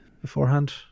beforehand